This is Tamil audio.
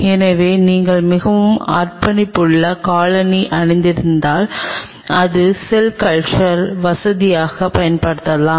எனவே நீங்கள் மிகவும் அர்ப்பணிப்புள்ள காலணி அணிந்திருக்கலாம் இது செல் கல்ச்சர் வசதிக்காக பயன்படுத்தப்படலாம்